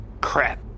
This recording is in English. Crap